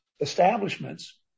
establishments